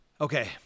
Okay